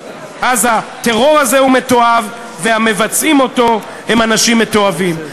הטרור הזה הוא מתועב והמבצעים אותו הם אנשים מתועבים.